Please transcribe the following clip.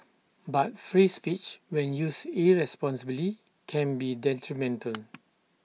but free speech when used irresponsibly can be detrimental